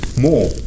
more